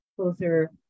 closer